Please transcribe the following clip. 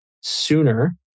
sooner